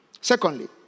Secondly